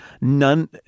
none